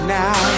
now